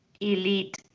elite